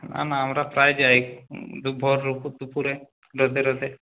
না না আমারা প্রায় যাই ভর দুপুরে রোদে রোদে